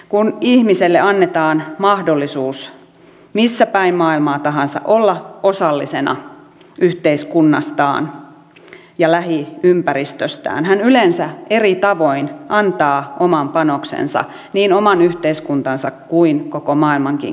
kun ihmiselle annetaan mahdollisuus missä päin maailmaa tahansa olla osallisena yhteiskunnastaan ja lähiympäristöstään hän yleensä eri tavoin antaa oman panoksensa niin oman yhteiskuntansa kuin koko maailmankin kehitykseen